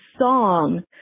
song